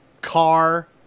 Car